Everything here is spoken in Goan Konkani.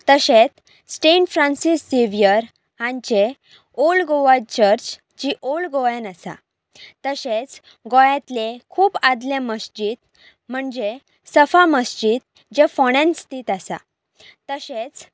तशेंच सेंट फ्रांसीस झेवियर हांचें ओल्ड गोवा चर्च जी ओल्ड गोंयान आसा तशेंच गोंयांतलें खूब आदलें मसजीद म्हणजे सफा मसजीद जे फोंड्यान स्थीत आसा तशेंच